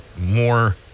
more